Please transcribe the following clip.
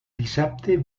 dissabte